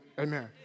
Amen